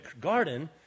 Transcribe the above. garden